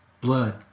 Blood